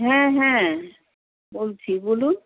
হ্যাঁ হ্যাঁ বলছি বলুন